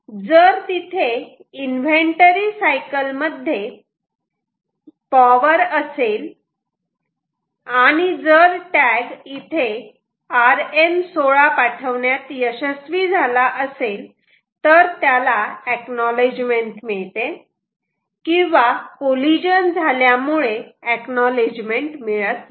जर तिथे inventory cycle मध्ये साठी पॉवर असेल आणि जर टॅग इथे RN16 पाठवण्यात यशस्वी झाला असेल तर त्याला एक्नॉलेजमेंट मिळते किंवा कॉलिजन झाल्यामुळे एक्नॉलेजमेंट मिळत नाही